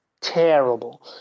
terrible